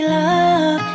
love